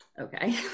okay